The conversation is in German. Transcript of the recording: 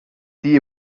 die